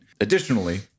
Additionally